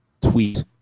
tweet